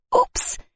Oops